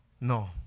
No